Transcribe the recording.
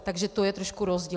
Takže to je trošku rozdíl.